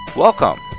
Welcome